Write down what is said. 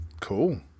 Cool